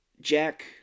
Jack